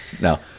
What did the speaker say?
no